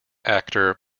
actor